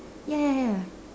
ya ya ya